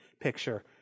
picture